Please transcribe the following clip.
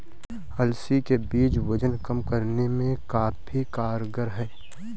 अलसी के बीज वजन कम करने में काफी कारगर है